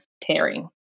tearing